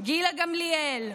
גילה גמליאל,